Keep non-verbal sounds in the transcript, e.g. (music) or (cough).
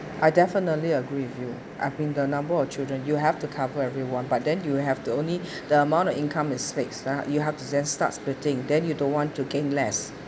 I definitely agree with you I've been the number of children you have to cover everyone but then you have to only (breath) the amount of income is fixed ah you have to just start splitting then you don't want to gain less